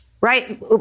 Right